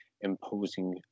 imposing